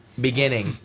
beginning